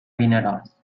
vinaròs